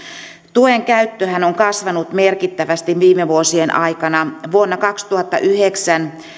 tuen käyttöhän on kasvanut merkittävästi viime vuosien aikana vuonna kaksituhattayhdeksän